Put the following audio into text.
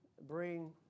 bring